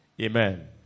Amen